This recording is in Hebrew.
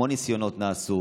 המון ניסיונות נעשו